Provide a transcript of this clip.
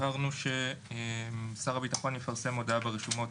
הבהרנו ששר הביטחון יפרסם הודעה ברשומות